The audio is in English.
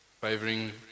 favoring